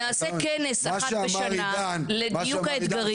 אז נעשה כנס אחת לשנה לדיוק האתגרים.